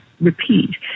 repeat